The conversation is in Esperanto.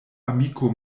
amiko